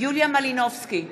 יוליה מלינובסקי,